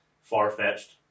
far-fetched